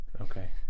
Okay